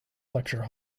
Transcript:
lecture